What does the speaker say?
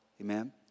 Amen